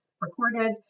recorded